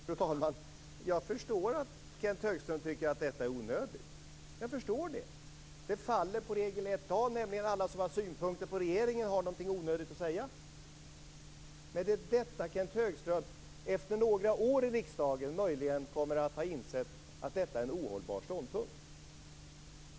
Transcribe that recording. Fru talman! Jag förstår att Kenth Högström tycker att detta är onödigt. Jag förstår det. Det faller på regel 1 a, nämligen att alla som har synpunkter på regeringen har något onödigt att säga. Efter några år i riksdagen kommer Kenth Högström möjligen att ha insett att detta är en ohållbar ståndpunkt.